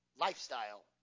lifestyle